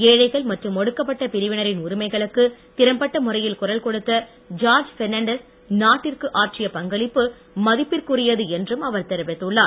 ஏழைகள் மற்றும் ஒடுக்கப்பட்ட பிரிவினரின் உரிமைகளுக்கு திறம்பட்ட முறையில் குரல் கொடுத்த ஜார்ஜ் பெர்னான்டஸ் நாட்டிற்கு ஆற்றிய பங்களிப்பு மதிப்பிற்குரியது என்றும் அவர் தெரிவித்துள்ளார்